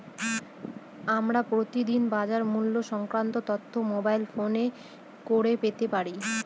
আমরা প্রতিদিন বাজার মূল্য সংক্রান্ত তথ্য মোবাইল ফোনে কি করে পেতে পারি?